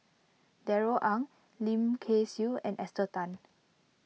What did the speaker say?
Darrell Ang Lim Kay Siu and Esther Tan